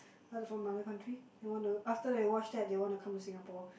um from other country they wanna after they watch that they want to come to Singapore